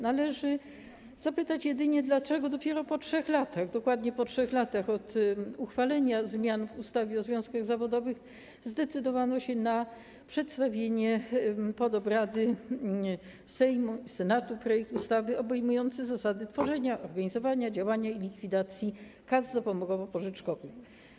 Należy jedynie zapytać, dlaczego dopiero po 3 latach, dokładnie po 3 latach, od uchwalenia zmian w ustawie o związkach zawodowych zdecydowano się na wniesienie pod obrady Sejmu i Senatu projektu ustawy obejmującego zasady tworzenia, organizowania, działania i likwidacji kas zapomogowo-pożyczkowych.